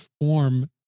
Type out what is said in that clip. form